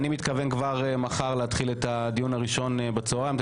אני מתכוון כבר מחר להתחיל את הדיון הראשון בצוהריים.